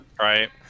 Right